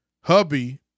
hubby